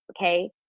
okay